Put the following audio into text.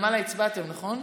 הצבעתם למעלה, נכון?